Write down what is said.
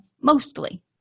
mostly